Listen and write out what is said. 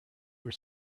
were